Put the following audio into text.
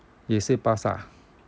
也是巴刹